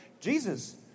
Jesus